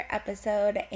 episode